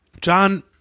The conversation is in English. John